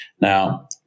Now